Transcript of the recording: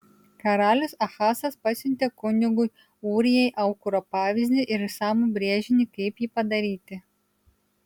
karalius ahazas pasiuntė kunigui ūrijai aukuro pavyzdį ir išsamų brėžinį kaip jį padaryti